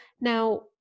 now